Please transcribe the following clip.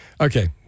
Okay